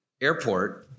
airport